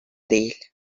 değil